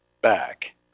back